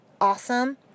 awesome